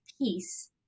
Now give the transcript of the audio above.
peace